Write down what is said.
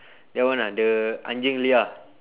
that one ah the anjing liar